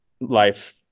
life